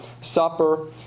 supper